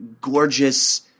gorgeous